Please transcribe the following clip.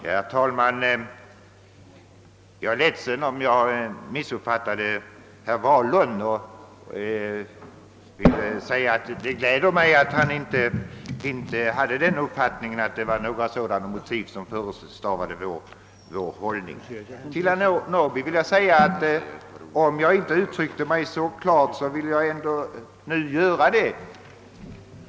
Herr talman! Jag är ledsen om jag missuppfattade herr Wahlund. Det är emellertid glädjande att han inte ansåg att det var några sådana motiv som förestavade vår hållning. Om jag inte uttryckte mig klart förut, herr Norrby, vill jag göra det nu.